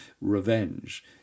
revenge